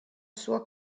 suo